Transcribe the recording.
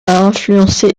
influencé